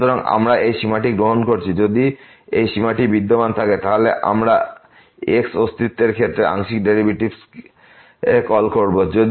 সুতরাং আমরা এই সীমাটি গ্রহণ করছি যদি এই সীমাটি বিদ্যমান থাকে তাহলে আমরা x অস্তিত্বের ক্ষেত্রে আংশিক ডেরিভেটিভসকে কল করি